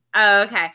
okay